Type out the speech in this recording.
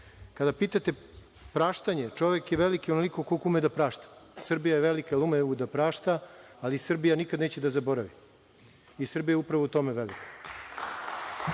kažete praštanje, čovek je veliki onoliko koliko ume da prašta. Srbija je velika, jer ume da prašta, ali Srbija nikad neće da zaboravi i Srbija je upravo u tome velika. Od